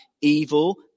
evil